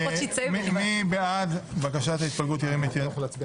מי בעד בקשת ההתפלגות, ירים את ידו.